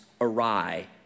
awry